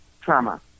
trauma